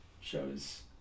shows